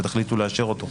ותחליטו לאשר אותו.